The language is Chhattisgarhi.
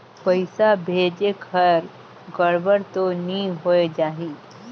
पइसा भेजेक हर गड़बड़ तो नि होए जाही?